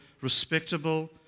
respectable